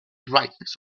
brightness